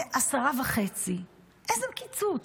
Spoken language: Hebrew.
10.5. איזה קיצוץ?